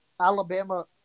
Alabama